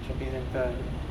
shopping centre ah